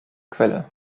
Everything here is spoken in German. quelle